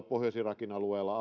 pohjois irakin alueella